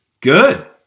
good